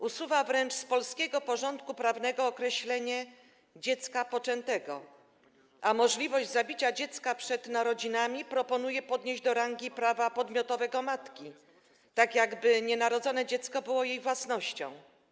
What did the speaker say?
Usuwa wręcz z polskiego porządku prawnego określenie „dziecko poczęte”, a możliwość zabicia dziecka przed jego narodzinami proponuje podnieść do rangi prawa podmiotowego matki, tak jakby nienarodzone dziecko było jej własnością.